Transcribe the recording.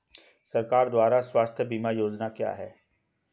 सरकार द्वारा स्वास्थ्य बीमा योजनाएं क्या हैं?